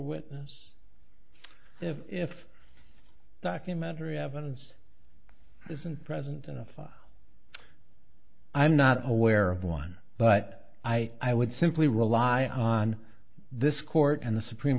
witness if documentary evidence isn't present in the file i'm not aware of one but i i would simply rely on this court and the supreme